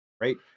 right